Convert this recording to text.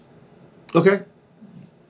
okay